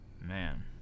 man